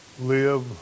Live